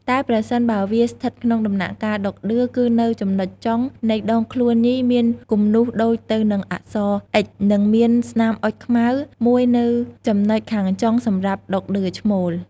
តែប្រសិនបើវាស្ថិតក្នុងដំណាក់កាលដក់ដឿគឺនៅចំណុចចុង នៃដងខ្លួនញីមានគំនូសដូចទៅនឹងអក្សរ «អ៊ិច» និងមានស្នាមចុចខ្មៅមួយនៅចំណុចខាងចុង សម្រាប់ដក់ដឿឈ្មោល។